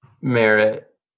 merit